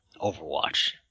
Overwatch